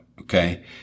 Okay